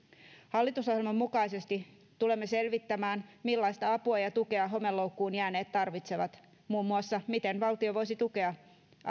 hallitusohjelman mukaisesti tulemme selvittämään millaista apua ja tukea homeloukkuun jääneet tarvitsevat muun muassa miten valtio voisi tukea